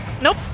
Nope